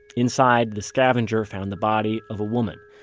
inside, the scavenger found the body of woman.